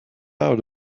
out